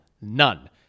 None